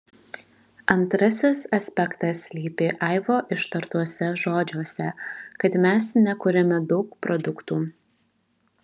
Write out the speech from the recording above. antrasis aspektas slypi aivo ištartuose žodžiuose kad mes nekuriame daug produktų